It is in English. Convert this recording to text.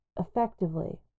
effectively